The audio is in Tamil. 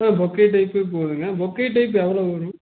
ஆ பொக்கே டைப்பே போதுங்க பொக்கே டைப் எவ்வளோ வரும்